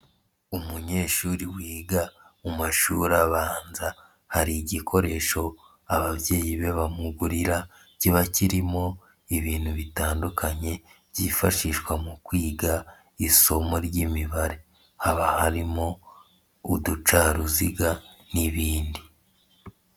Umunyeshuri wiga mu mashuri abanza, hari igikoresho ababyeyi be bamugurira kiba kirimo ibintu bitandukanye byifashishwa mu kwiga isomo ry'imibare, haba harimo uducaruziga n'ibindi.